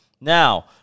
now